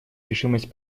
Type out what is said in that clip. решимость